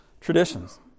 traditions